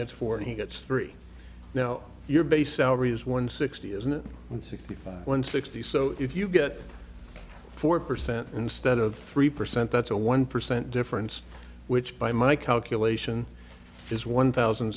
gets four and he gets three now your base salary is one sixty isn't sixty five one sixty so if you get four percent instead of three percent that's a one percent difference which by my calculation is one thousand